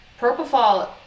Propofol